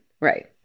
right